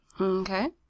Okay